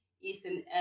Ethan